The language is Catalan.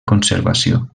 conservació